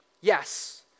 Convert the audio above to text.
Yes